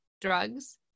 drugs